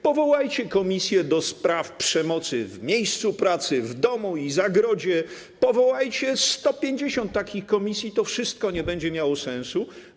Powołajcie komisję do spraw przemocy w miejscu pracy, w domu i zagrodzie, powołajcie 150 takich komisji, to wszystko nie będzie miało sensu.